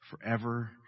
forever